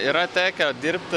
yra tekę dirbti